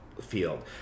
field